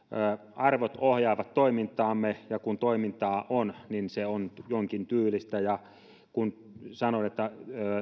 arvot ohjaavat toimintaamme ja kun toimintaa on niin se on jonkin tyylistä kun sanoin että